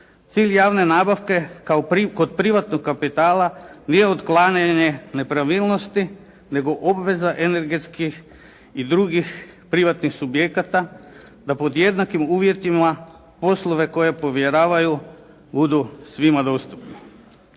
Cilj javne nabavke kod privatnog kapitala nije otklanjanje nepravilnosti nego obveza energetskih i drugih privatnih subjekata da pod jednakim uvjetima poslove koje povjeravaju budu svima dostupni.